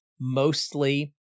Mostly